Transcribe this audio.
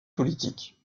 politiques